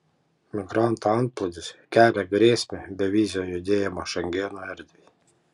migrantų antplūdis kelia grėsmę bevizio judėjimo šengeno erdvei